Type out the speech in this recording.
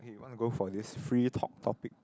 want to go for this free talk topic